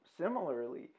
similarly